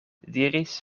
diris